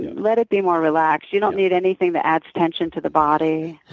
let it be more relaxed. you don't need anything that adds tension to the body.